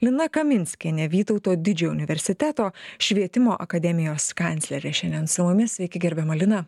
lina kaminskienė vytauto didžiojo universiteto švietimo akademijos kanclerė šiandien su mumis sveiki gerbiama lina